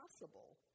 possible